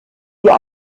wir